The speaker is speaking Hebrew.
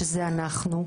שזה אנחנו,